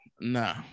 Nah